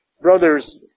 Brothers